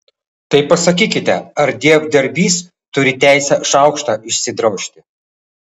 tai pasakykite ar dievdirbys turi teisę šaukštą išsidrožti